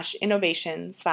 innovation